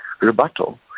rebuttal